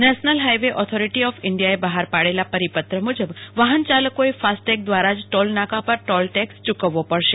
national highway authority of ઈન્ડીયાએ બહાર પાડેલા પરિપત્ર મુજબ વાહનચાલકોએ ફાસ્ટટેગ દવારા જ ટોલનાકા પર ટોલ ટેક્ષ ચુકવવો પડશે